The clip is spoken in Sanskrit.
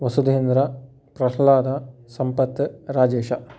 वसुधेन्द्रः प्रह्लादः सम्पत् राजेशः